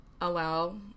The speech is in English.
allow